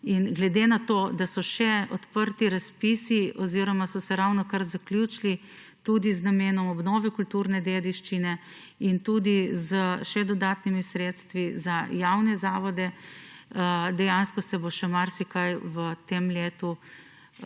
Glede na to da so še odprti razpisi oziroma so se ravnokar zaključili za obnovo kulturne dediščine in tudi z dodatnimi sredstvi še za javne zavode, se bo dejansko še marsikaj v tem letu